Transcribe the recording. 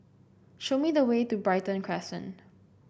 show me the way to Brighton Crescent